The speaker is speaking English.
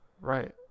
Right